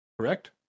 correct